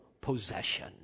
possession